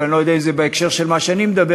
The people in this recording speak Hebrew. ולא יודע אם זה בהקשר של מה שאני מדבר,